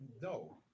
No